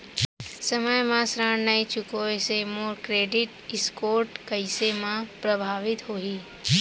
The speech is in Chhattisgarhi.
समय म ऋण नई चुकोय से मोर क्रेडिट स्कोर कइसे म प्रभावित होही?